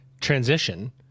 transition